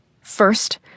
First